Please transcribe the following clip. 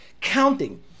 counting